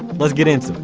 let's get into